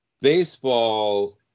baseball